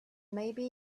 maybe